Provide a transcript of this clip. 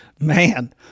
man